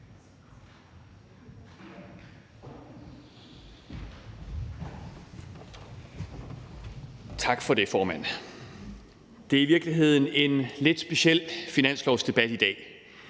Tak for det, formand. Det er i virkeligheden en lidt speciel finanslovsdebat i dag.